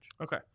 Okay